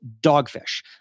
Dogfish